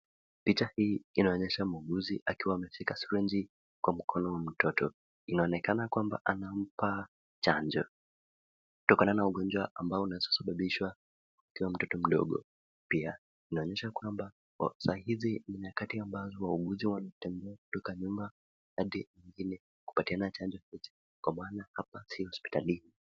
Picha hili inaonesha muuguzi akiwa akishika siriji kwa mkono mwa Mtoto . Inaonekana kwamba anampa chanjo kutokana na ugojwa ambao unaweza sababishwa ukiwa mtoto mdogo pia Inaosha kwamba kwa saizi ni nyakati ambazo wauguzi wanatembea kutoka nyumba hadi ingine kupatiana Chanjo kwa maana hapa si hospitali.